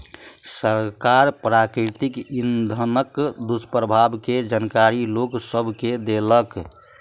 सरकार प्राकृतिक इंधनक दुष्प्रभाव के जानकारी लोक सभ के देलक